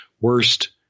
worst